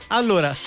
allora